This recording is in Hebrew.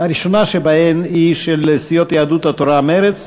הראשונה שבהן היא של סיעות יהדות התורה ומרצ: